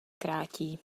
krátí